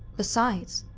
besides,